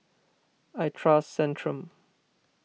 I trust Centrum